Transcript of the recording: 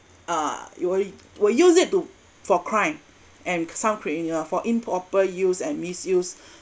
uh it'll will use it to for crime and some criminal for improper use and misuse